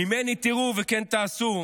"ממני תראו וכן תעשו",